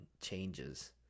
changes